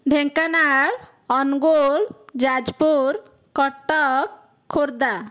Dhenkanal Angul Jajpur Cuttack Khordha